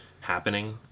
happening